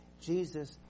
Jesus